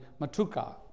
matuka